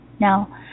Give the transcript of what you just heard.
now